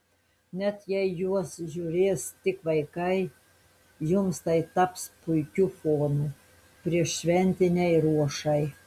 net jei juos žiūrės tik vaikai jums tai taps puikiu fonu prieššventinei ruošai